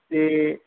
ਅਤੇ